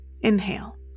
Inhale